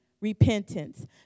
repentance